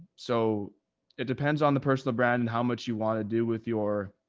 so it depends on the personal brand and how much you want to do with your,